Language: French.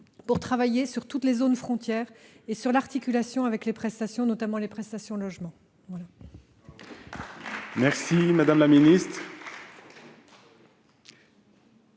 pour travailler sur toutes les zones frontières et sur l'articulation de l'AAH avec les prestations, notamment relatives au logement.